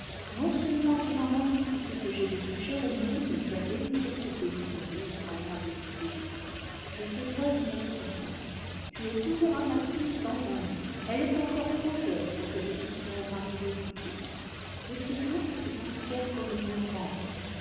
non-seulement tu m'as rendu tout ce que j'ai de plus cher au monde mais tu as délivré ce pays d'un effroyable fléau je te dois une récompense tu épouseras ma fille dans un an elle est encore trop jeune pour que je puisse la marier plus tôt dès ce jour je te considère comme mon gendre